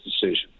decision